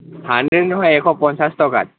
hundred নহয় এশ পঞ্চাছ টকাত